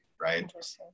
right